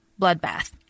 bloodbath